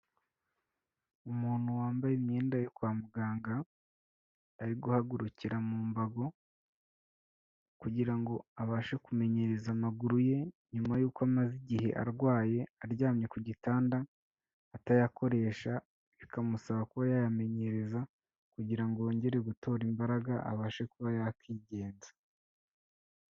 Umuntu wambaye imyenda yo kwa muganga, ari guhagurukira mu mbago kugira ngo abashe kumenyereza amaguru ye, nyuma y'uko amaze igihe arwaye, aryamye ku gitanda, atayakoresha, bikamusaba kuba yayamenyereza kugira ngo yongere gutora imbaraga, abashe kuba yakigenza.